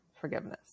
forgiveness